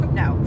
no